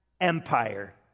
empire